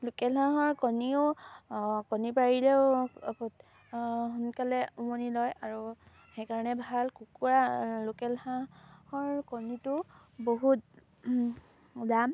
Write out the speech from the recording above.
local হাঁহৰ কণীও কণী পাৰিলেও সোনকালে উমনি লয় আৰু সেইকাৰণে ভাল কুকুৰা লোকেল হাঁহৰ কণীটো বহুত দাম